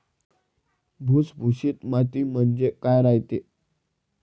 भुसभुशीत माती म्हणजे काय रायते?